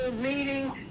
meeting